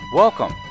Welcome